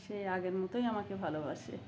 সেই আগের মতোই আমাকে ভালোবাসে